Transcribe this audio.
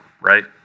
right